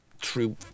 True